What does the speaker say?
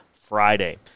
Friday